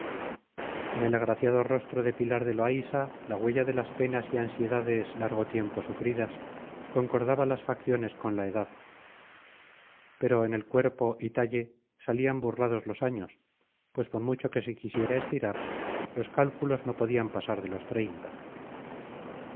el agraciado rostro de pilar de loaysa la huella de las penas y ansiedades largo tiempo sufridas concordaba las facciones con la edad pero en el cuerpo y talle salían burlados los años pues por mucho que se quisiera estirar los cálculos no podían pasar de los treinta